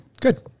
Good